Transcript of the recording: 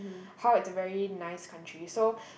how it's a very nice country so